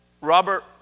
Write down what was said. Robert